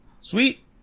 Sweet